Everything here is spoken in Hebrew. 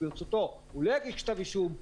ברצותו הוא לא יגיש כתב אישום.